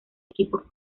equipos